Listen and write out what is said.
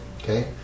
Okay